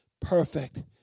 perfect